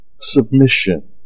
Submission